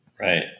right